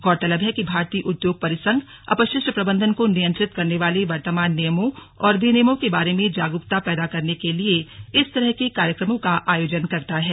गौरतलब है कि भारतीय उद्योग परिसंघ अपशिष्ट प्रबंधन को नियंत्रित करने वाले वर्तमान नियमों और विनियमों के बारे में जागरूकता पैदा करने के लिए इस तरह के कार्यक्रमों का आयोजन करता है